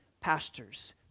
pastors